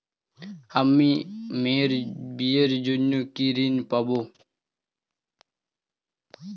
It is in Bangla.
আমি মেয়ের বিয়ের জন্য কি ঋণ পাবো?